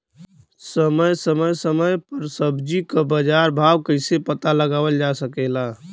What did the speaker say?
समय समय समय पर सब्जी क बाजार भाव कइसे पता लगावल जा सकेला?